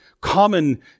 common